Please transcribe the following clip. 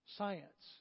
science